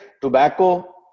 tobacco